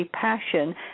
passion